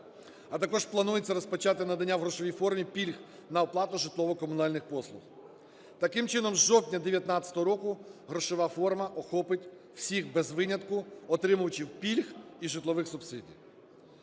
А також планується розпочати надання в грошовій формі пільг на оплату житлово-комунальних послуг. Таким чином, з жовтня 19-го року грошова форма охопить всіх без винятку отримувачів пільг і житлових субсидій.